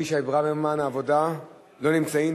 אבישי ברוורמן, עבודה, לא נמצאים.